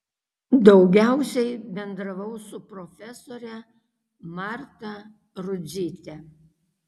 daugiausiai bendravau su profesore marta rudzyte